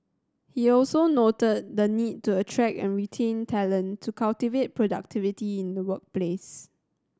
he also noted the need to attract and retain talent to cultivate productivity in the workplace